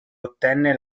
ottenne